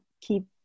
keep